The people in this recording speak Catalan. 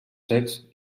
secs